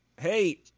Hey